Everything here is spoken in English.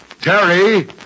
Terry